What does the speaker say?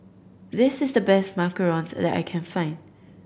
this is the best macarons that I can find